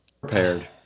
prepared